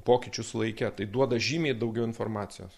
pokyčius laike tai duoda žymiai daugiau informacijos